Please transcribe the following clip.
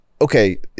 okay